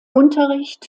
unterricht